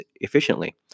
efficiently